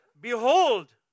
Behold